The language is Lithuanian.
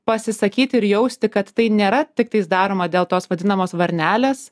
pasisakyti ir jausti kad tai nėra tiktais daroma dėl tos vadinamos varnelės